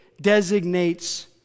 designates